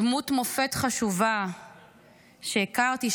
דמות מופת חשובה שהכרתי,